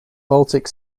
baltic